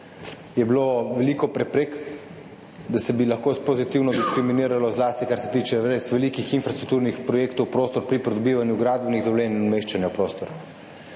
je bilo veliko preprek, da se bi lahko pozitivno diskriminiralo, zlasti kar se tiče res velikih infrastrukturnih projektov v prostor pri pridobivanju gradbenih dovoljenj in umeščanja v prostor.